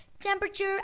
temperature